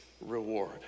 reward